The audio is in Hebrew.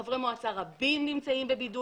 חברי מועצה רבים נמצאים בבידוד.